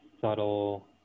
subtle